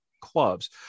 clubs